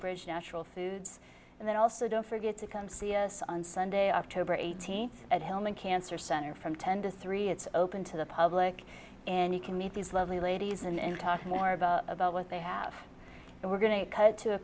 bridge natural foods and then also don't forget to come see us on sunday october eighteenth at helming cancer center from ten to three it's open to the public and you can meet these lovely ladies and talk more about about what they have and we're going to cut to a